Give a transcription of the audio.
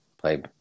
play